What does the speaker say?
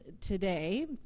today